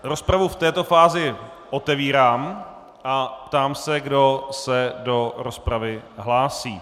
Rozpravu v této fázi otevírám a ptám se, kdo se do rozpravy hlásí.